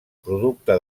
producte